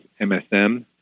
MSM